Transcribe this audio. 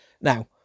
Now